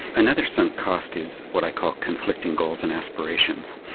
another sunk cost is what i call conflicting goals and aspirations.